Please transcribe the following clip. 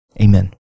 Amen